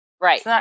Right